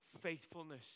faithfulness